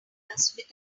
list